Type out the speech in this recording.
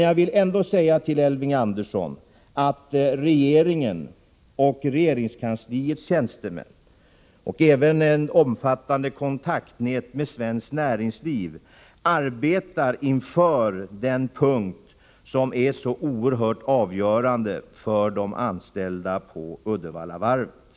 Jag vill ändå till Elving Andersson säga att regeringen och regeringskansliets tjänstemän och även ett omfattande kontaktnät inom svenskt näringsliv arbetar med denna fråga, som är så oerhört avgörande för de anställda på Uddevallavarvet.